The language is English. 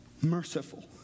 merciful